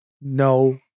No